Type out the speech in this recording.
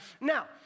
now